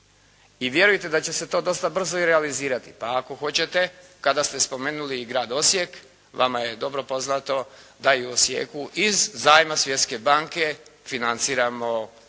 I vjerujte da će se to dosta brzo i realizirati. Pa ako hoćete, kada ste spomenuli i grada Osijek, vama je dobro poznato da i u Osijeku iz zajma Svjetske banke financiramo